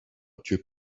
two